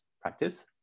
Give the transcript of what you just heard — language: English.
Practice